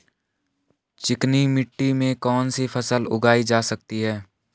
चिकनी मिट्टी में कौन सी फसल उगाई जा सकती है?